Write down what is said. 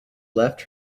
left